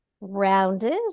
rounded